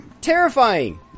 Terrifying